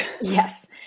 yes